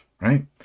right